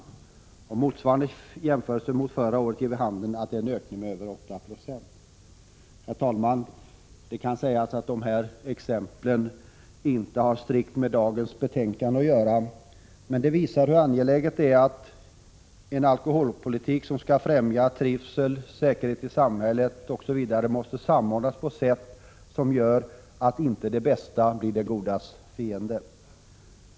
En jämförelse med motsvarande period förra året ger vid handen att det är en ökning med över 8 90. Herr talman! Det kan sägas att de här exemplen inte har strikt med dagens betänkande att göra. Men de visar hur angeläget det är att en alkoholpolitik som skall främja trivsel, säkerhet i samhället osv. samordnas på ett sätt som gör att inte det bästa blir det godas fiende.